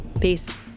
Peace